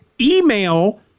email